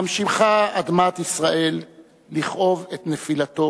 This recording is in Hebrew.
ממשיכה אדמת ישראל לכאוב את נפילתו